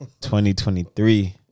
2023